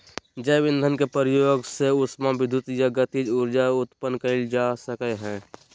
जैव ईंधन के प्रयोग से उष्मा विद्युत या गतिज ऊर्जा उत्पन्न कइल जा सकय हइ